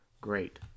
great